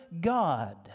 God